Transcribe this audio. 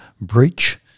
Breach